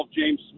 James